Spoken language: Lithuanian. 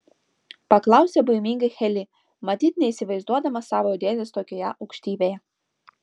paklausė baimingai heli matyt neįsivaizduodama savo dėdės tokioje aukštybėje